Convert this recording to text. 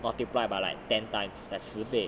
multiply by like ten times as 十倍